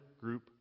group